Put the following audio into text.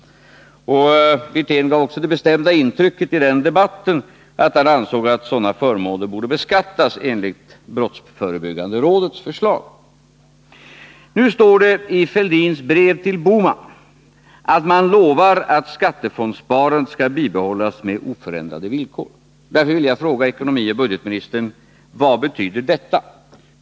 Rolf Wirténsinlägg i den debatten gav även det bestämda intrycket att han ansåg att sådana förmåner borde beskattas enligt brottsförebyggande rådets förslag. Nu står det i Thorbjörn Fälldins brev till Gösta Bohman att man lovar att skattefondssparandet skall bibehållas med oförändrade villkor. Därför vill jag fråga ekonomioch budgetministern: Vad betyder detta?